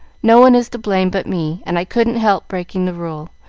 no one is to blame but me and i couldn't help breaking the rule,